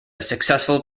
successful